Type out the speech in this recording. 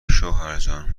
شوهرجان